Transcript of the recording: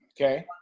Okay